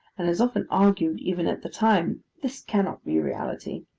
and as often argued, even at the time, this cannot be reality